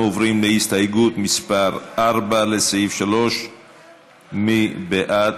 אנחנו עוברים להסתייגות מס' 4, לסעיף 3. מי בעד?